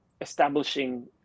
establishing